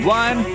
one